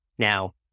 Now